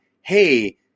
hey